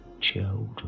children